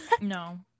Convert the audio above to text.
No